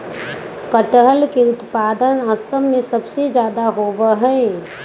कटहल के उत्पादन असम में सबसे ज्यादा होबा हई